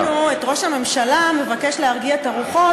שמענו את ראש הממשלה מבקש להרגיע את הרוחות